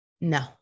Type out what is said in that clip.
No